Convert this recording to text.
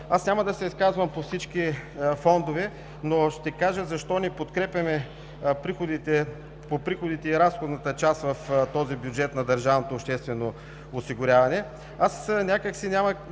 Няма да се изказвам по всички фондове, но ще кажа защо не подкрепяме приходната и разходната част в бюджета на държавното обществено осигуряване. Ще кажа,